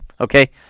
Okay